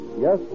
Yes